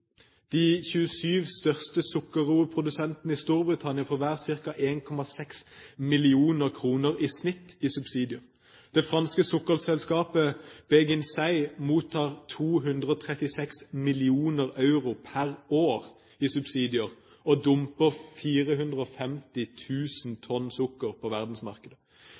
De 27 største sukkerroeprodusentene i Storbritannia får hver ca. 1,6 mill. kr i snitt i subsidier. Det franske sukkerselskapet Béghin-Say mottar 236 mill. euro pr. år i subsidier og dumper 450 000 tonn sukker på verdensmarkedet.